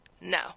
No